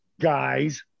guys